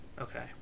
okay